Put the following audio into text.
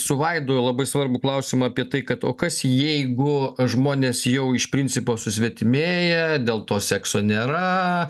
su vaidu labai svarbų klausimą apie tai kad o kas jeigu žmonės jau iš principo susvetimėja dėl to sekso nėra